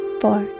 four